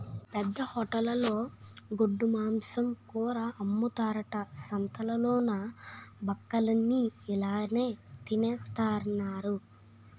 పెద్ద హోటలులో గొడ్డుమాంసం కూర అమ్ముతారట సంతాలలోన బక్కలన్ని ఇలాగె తినెత్తన్నారు